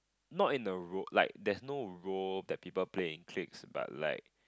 not in the ro~ like there's no role that people play in cliques but like